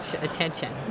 attention